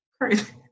crazy